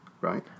Right